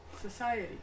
society